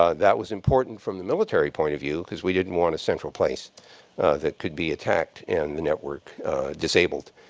ah that was important from the military point of view, because we didn't want a central place that could be attacked and the network disabled.